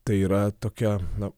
tai yra tokia na